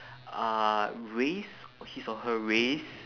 uh race his or her race